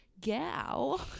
gal